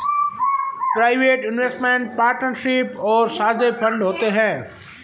private investment partnership और साझे fund होते हैं